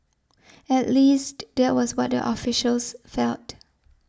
at least that was what the officials felt